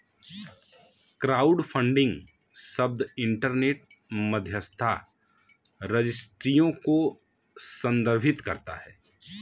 crowdfunding शब्द internet मध्यस्थता रजिस्ट्रियों को संदर्भित करता है